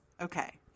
Okay